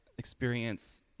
Experience